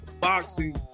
boxing